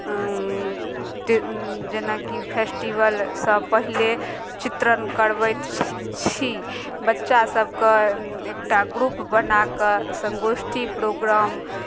जेनाकि फेस्टिवलसँ पहिले चित्रण करबैत छ् छी बच्चा सभके एक टा ग्रुप बना कऽ सङ्गोष्ठी प्रोग्राम